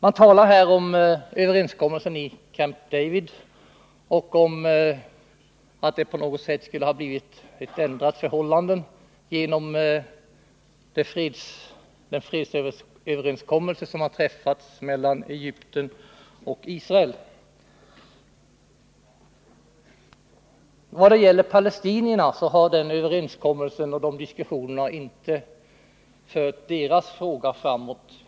I betänkandet talas om överenskommelsen i Camp David och om att det på något sätt skulle ha blivit ett ändrat förhållande genom det fredsavtal som har träffats mellan Egypten och Israel. Men diskussionerna och överenskommelsen har inte alls fört frågan om palestinierna framåt.